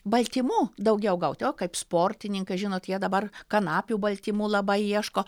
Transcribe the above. baltymų daugiau gauti o kaip sportininkai žinot jie dabar kanapių baltymų labai ieško